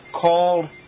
Called